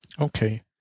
Okay